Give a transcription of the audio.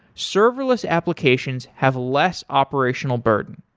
serverless applications have less operational burden,